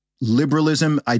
liberalism